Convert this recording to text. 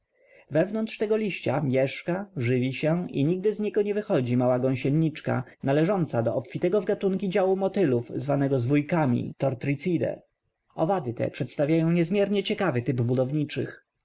wewnątrz tego liścia mieszka żywi się i nigdy z niego nie wychodzi mała gąsieniczka należąca do obfitego w gatunki działu motylów zwanych zwójkami tortricidae owady te przedstawiają niezmiernie ciekawy typ budowniczych